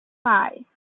five